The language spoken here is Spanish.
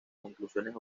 conclusiones